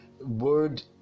word